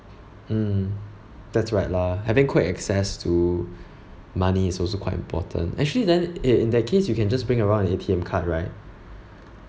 mm that's right lah having quick access to money is also quite important actually then in in that case you can just bring around the A_T_M card right